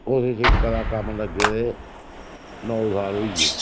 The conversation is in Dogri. उस शिड़का दा कम्म लग्गे दे नौ साल होई गे